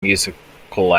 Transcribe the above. musical